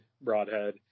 broadhead